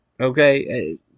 okay